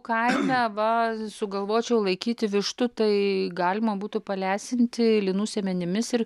kaime va sugalvočiau laikyti vištų tai galima būtų palesinti linų sėmenimis ir